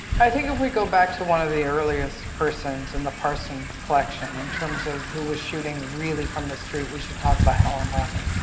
i think if we go back to one of the earliest persons in and the parson collection in terms of who was shooting really from the street, we should talk about helen levitt.